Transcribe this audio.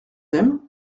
aiment